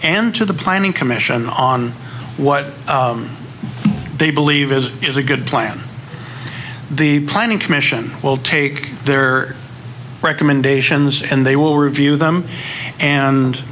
and to the planning commission on what they believe is is a good plan the planning commission will take their recommendations and they will review them and